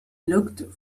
looked